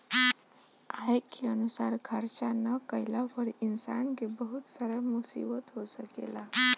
आय के अनुसार खर्चा ना कईला पर इंसान के बहुत सारा मुसीबत हो सकेला